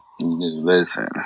Listen